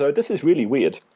so this is really weird,